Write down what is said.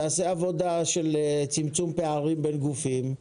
תעשה עבודה של צמצום פערים בין גופים,